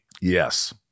yes